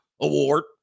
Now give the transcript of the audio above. award